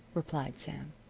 replied sam.